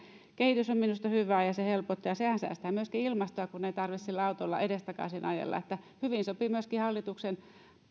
kehitys on minusta hyvää ja se helpottaa ja sehän säästää myöskin ilmastoa kun ei tarvitse sillä autolla edestakaisin ajella niin että se hyvin sopii myöskin